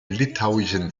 litauischen